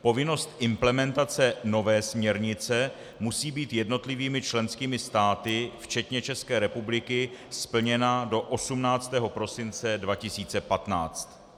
Povinnost implementace nové směrnice musí být jednotlivými členskými státy včetně České republiky splněna do 18. prosince 2015.